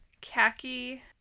khaki